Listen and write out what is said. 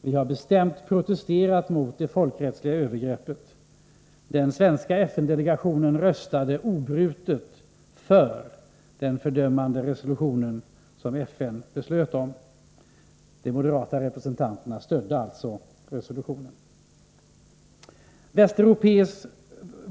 Vi har bestämt protesterat mot det folkrättsliga övergreppet. Den svenska FN-delegationen röstade enhälligt för den fördömande resolution som FN:s generalförsamling antog. De moderata representanterna stödde alltså resolutionen.